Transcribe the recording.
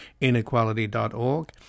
Inequality.org